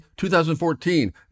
2014